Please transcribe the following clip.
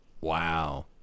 Wow